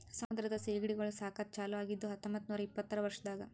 ಸಮುದ್ರದ ಸೀಗಡಿಗೊಳ್ ಸಾಕದ್ ಚಾಲೂ ಆಗಿದ್ದು ಹತೊಂಬತ್ತ ನೂರಾ ಇಪ್ಪತ್ತರ ವರ್ಷದಾಗ್